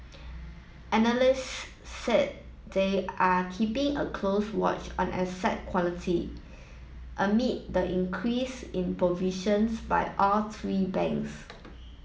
analysts said they are keeping a close watch on asset quality amid the increase in provisions by all three banks